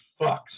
fucks